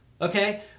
okay